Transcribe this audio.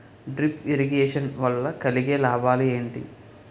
Drip irrigation వల్ల కలిగే లాభాలు ఏంటి?